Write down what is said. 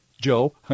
Joe